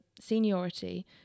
seniority